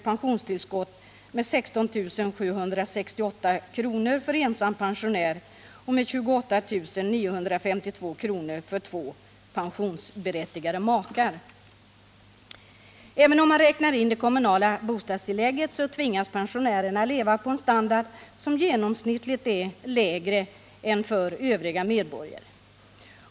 pensionstillskott med 16 768 kr. per år för ensam pensionär och med 28 952 kr. för två pensionsberättigade makar. Även om man räknar in det kommunala bostadstillägget, kan man konstatera att pensionärerna tvingas leva på en standard som genomsnittligt är mycket lägre än för övriga medborgare.